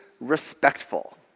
respectful